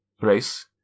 race